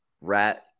rat